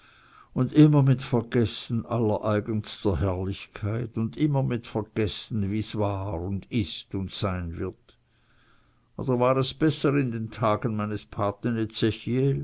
und immer mit vergessen allereigenster herrlichkeit und immer mit vergessen wie's war und ist und sein wird oder war es besser in den tagen meines